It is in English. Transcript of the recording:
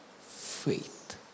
faith